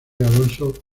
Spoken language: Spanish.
alonso